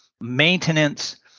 maintenance